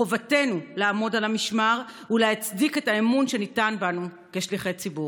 חובתנו לעמוד על המשמר ולהצדיק את האמון שניתן בנו כשליחי ציבור.